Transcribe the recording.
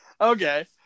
okay